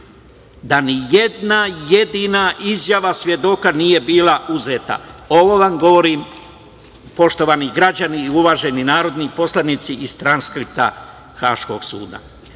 da ni jedna jedina izjava svedoka nije bila uzeta. Ovo vam govorim, poštovani građani i uvaženi narodni poslanici, iz transkripta Haškog